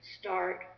start